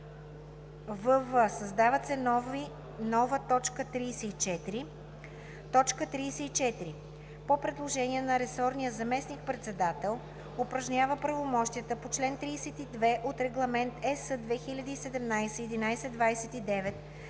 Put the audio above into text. вв) създава се нова т. 34: „34. по предложение на ресорния заместник-председател упражнява правомощията по чл. 32 от Регламент (ЕС) 2017/1129